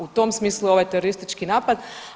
U tom smislu je ovaj teroristički napad.